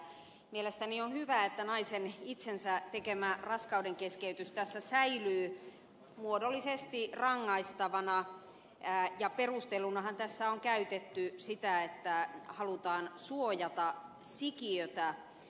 mielestäni on hyvä että naisen itsensä tekemä raskaudenkeskeytys tässä säilyy muodollisesti rangaistavana ja perustelunahan tässä on käytetty sitä että halutaan suojata sikiötä